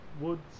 woods